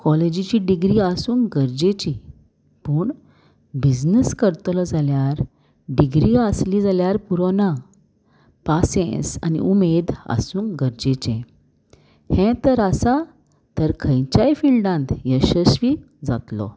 कॉलेजीची डिग्री आसूंक गरजेची पूण बिजनस करतलो जाल्यार डिग्री आसली जाल्यार पुरोना पेस आनी उमेद आसूंक गरजेचे हें तर आसा तर खंयच्याय फिल्डांत यशस्वी जातलो